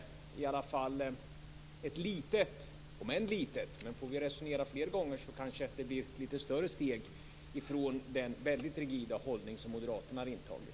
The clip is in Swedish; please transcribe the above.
Det är i alla fall ett steg, om än litet - får vi resonera fler gånger blir det kanske litet större - från den väldigt rigida hållning som Moderaterna har intagit.